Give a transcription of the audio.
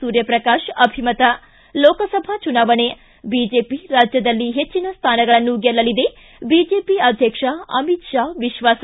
ಸೂರ್ಯಪ್ರಕಾಶ ಅಭಿಮತ ಿ ಲೋಕಸಭಾ ಚುನಾವಣೆ ಬಿಜೆಪಿ ರಾಜ್ಯದಲ್ಲಿ ಹೆಚ್ಚಿನ ಸ್ಥಾನಗಳನ್ನು ಗೆಲ್ಲಲಿದೆ ಬಿಜೆಪಿ ಅಧ್ಯಕ್ಷ ಅಮಿತ್ ಪಾ ವಿಶ್ವಾಸ